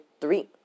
three